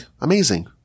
amazing